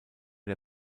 der